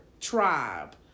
tribe